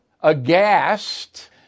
aghast